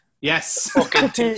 Yes